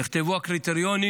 נכתבו הקריטריונים.